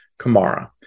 Kamara